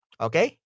okay